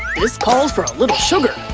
this calls for a little sugar.